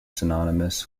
synonymous